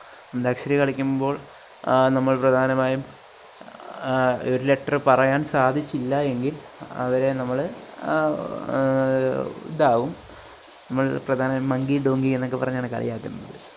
അന്താക്ഷരി കളിക്കുമ്പോള് നമ്മള് പ്രധാനമായും ഒരു ലെറ്ററ് പറയാന് സാധിച്ചില്ല എങ്കില് അവരെ നമ്മൾ ഇതാവും നമ്മള് പ്രധാനം മങ്കി ഡോങ്കി എന്നൊക്കെ പറഞ്ഞാണ് കളിയാക്കുന്നത്